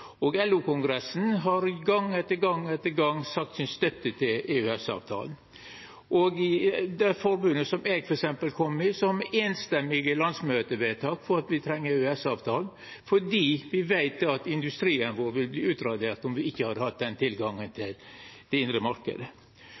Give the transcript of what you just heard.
EØS-avtalen. LO-kongressen har gong etter gong sagt at dei støttar EØS-avtalen. Det forbundet som eg f.eks. var i, hadde eit samrøystes landsmøtevedtak på at me treng EØS-avtalen fordi vi veit at industrien vår ville vorte utradert om me ikkje hadde hatt den tilgangen til den indre